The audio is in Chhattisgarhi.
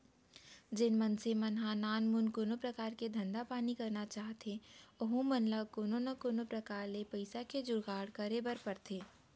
जेन मनसे मन नानमुन कोनो परकार के धंधा पानी करना चाहथें ओहू मन ल कोनो न कोनो प्रकार ले पइसा के जुगाड़ करे बर परथे